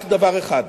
רק דבר אחד: